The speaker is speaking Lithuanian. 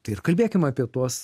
tai ir kalbėkim apie tuos